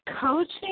coaching